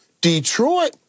Detroit